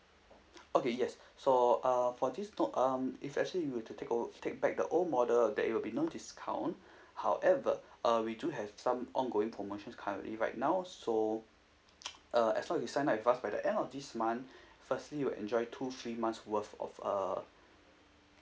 okay yes so uh for this note um if actually you were to take over take back the old model that it will be no discount however uh we do have some ongoing promotion currently right now so uh as long you sign up with us by the end of this month firstly you will enjoy two free months worth of uh